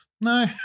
No